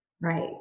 Right